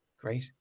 great